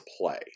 play